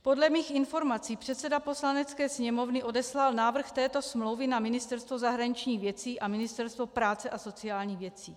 Podle mých informací předseda Poslanecké sněmovny odeslal návrh této smlouvy na Ministerstvo zahraničních věcí a Ministerstvo práce a sociálních věcí.